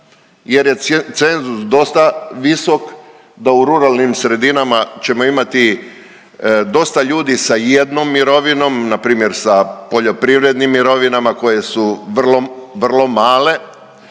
jer je cenzus dosta visok da u ruralnim sredinama ćemo imati dosta ljudi sa jednom mirovinom, npr. sa poljoprivrednim mirovinama koje su vrlo, vrlo